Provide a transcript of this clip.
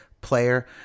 player